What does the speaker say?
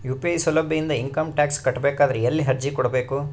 UPI ಸೌಲಭ್ಯ ಇಂದ income tax ಕಟ್ಟಬೇಕಾದರ ಎಲ್ಲಿ ಅರ್ಜಿ ಕೊಡಬೇಕು?